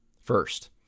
first